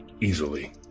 easily